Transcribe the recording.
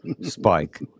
Spike